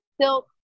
silk